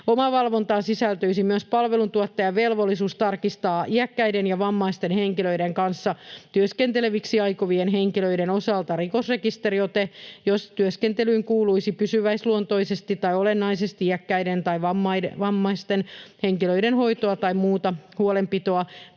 Omavalvontaan sisältyisi myös palveluntuottajan velvollisuus tarkistaa iäkkäiden ja vammaisten henkilöiden kanssa työskenteleviksi aikovien henkilöiden osalta rikosrekisteriote, jos työskentelyyn kuuluisi pysyväisluontoisesti tai olennaisesti iäkkäiden tai vammaisten henkilöiden hoitoa tai muuta huolenpitoa